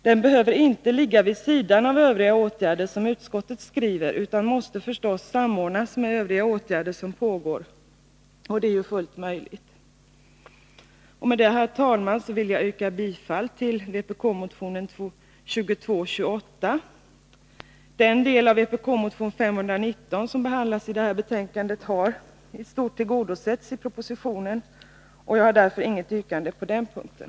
Den behöver inte ligga vid sidan av övriga åtgärder, som utskottet skriver, utan måste förstås samordnas med övriga åtgärder som pågår. Och det är ju fullt möjligt. Med detta, herr talman, yrkar jag bifall till vpk-motionen 2228. Den del av vpk-motion nr 519 som behandlas i detta betänkande har i stort tillgodosetts i propositionen, och jag har därför inget yrkande på den punkten.